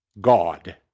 God